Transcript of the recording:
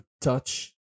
touch